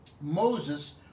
Moses